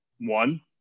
one